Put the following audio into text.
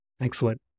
Excellent